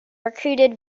recruited